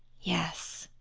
yes,